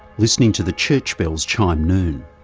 listening to the church bells chime noon.